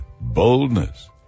boldness